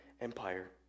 Empire